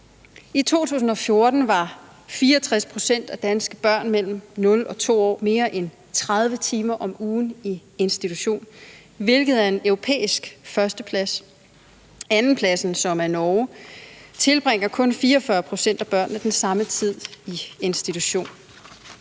I 2014 var 64 pct. af danske børn mellem 0 og 2 år mere end 30 timer om ugen i institution, hvilket er en europæisk førsteplads. I Norge, som er det land, der ligger på andenpladsen, tilbringer kun 44 pct. af børnene den samme tid i institution.